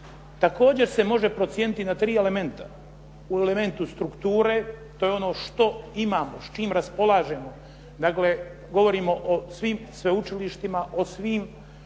također se može procijeniti na tri elementa. U elementu strukture, to je ono što imamo s čim raspolažemo. Dakle, govorimo o svim sveučilištima, o svim